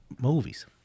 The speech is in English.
movies